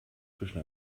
zwischen